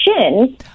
shin